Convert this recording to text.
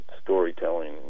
storytelling